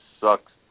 sucks